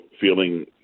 feeling